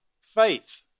faith